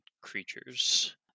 creatures